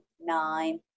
nine